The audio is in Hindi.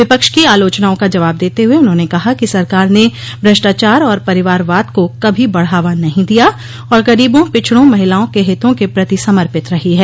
विपक्ष की आलोचनाओं का जवाब देते हुए उन्होंने कहा कि सरकार ने भ्रष्टाचार और परिवारवाद को कभी बढ़ावा नहीं दिया और गरीबों पिछड़ों महिलाओं के हितों के प्रति समर्पित रही है